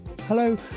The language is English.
Hello